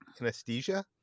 anesthesia